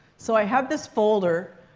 so i have this folder.